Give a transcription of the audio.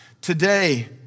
today